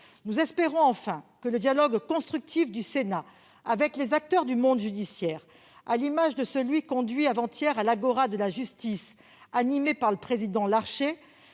Nous espérons que le dialogue constructif du Sénat avec les acteurs du monde judiciaire, à l'image de celui conduit avant-hier lors de l'Agora de la justice animée par le président Gérard